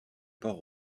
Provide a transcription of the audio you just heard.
port